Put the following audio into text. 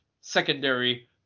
secondary